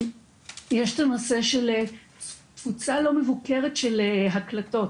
יש את הנושא של קבוצה לא מבוקרת של הקלטות.